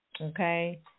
Okay